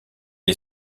est